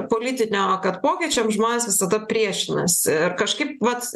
politinio kad pokyčiam žmonės visada priešinasi ir kažkaip vat